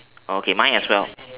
okay mine as well